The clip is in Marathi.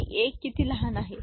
आणि a किती लहान आहे